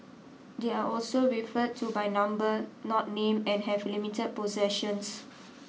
they are also referred to by number not name and have limited possessions